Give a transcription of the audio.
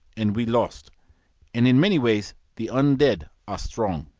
and we lost and in many ways the un-dead are strong.